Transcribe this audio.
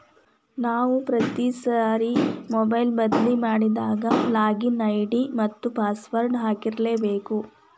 ನಾವು ಪ್ರತಿ ಸಾರಿ ಮೊಬೈಲ್ ಬದ್ಲಿ ಮಾಡಿದಾಗ ಲಾಗಿನ್ ಐ.ಡಿ ಮತ್ತ ಪಾಸ್ವರ್ಡ್ ಹಾಕ್ಲಿಕ್ಕೇಬೇಕು